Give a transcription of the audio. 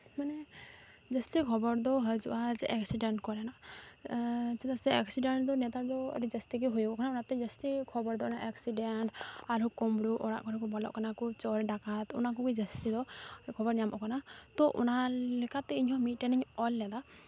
ᱢᱟᱱᱮ ᱡᱟᱹᱥᱛᱤ ᱠᱷᱚᱵᱚᱨ ᱫᱚ ᱦᱤᱡᱩᱜᱼᱟ ᱮᱠᱥᱤᱰᱮᱱᱴ ᱠᱚᱨᱮᱱᱟᱜ ᱪᱮᱫᱟᱜ ᱥᱮ ᱮᱠᱥᱤᱰᱮᱱᱴ ᱫᱚ ᱱᱮᱛᱟᱨ ᱫᱚ ᱟᱹᱰᱤ ᱡᱟᱹᱥᱛᱤ ᱜᱮ ᱦᱩᱭᱩᱜᱚᱜ ᱠᱟᱱᱟ ᱚᱱᱟᱛᱮ ᱡᱟᱹᱥᱛᱤ ᱠᱷᱚᱵᱚᱨ ᱫᱚ ᱚᱱᱟ ᱮᱠᱥᱤᱰᱮᱱᱴ ᱟᱨᱦᱚᱸ ᱠᱳᱸᱢᱵᱲᱩ ᱚᱲᱟᱜ ᱠᱚᱨᱮᱜ ᱠᱚ ᱵᱚᱞᱚᱜ ᱠᱟᱱᱟ ᱠᱚ ᱪᱳᱨ ᱰᱟᱠᱟᱛ ᱚᱱᱟ ᱠᱚᱜᱮ ᱡᱟᱹᱥᱛᱤ ᱫᱚ ᱠᱷᱚᱵᱚᱨ ᱧᱟᱢᱚᱜ ᱠᱟᱱᱟ ᱛᱳ ᱚᱱᱟ ᱞᱮᱠᱟᱛᱮ ᱤᱧᱦᱚᱸ ᱢᱤᱫᱴᱮᱱ ᱤᱧ ᱚᱞ ᱞᱮᱫᱟ